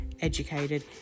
educated